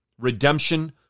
redemption